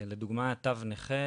לדוגמא תו נכה,